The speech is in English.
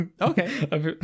Okay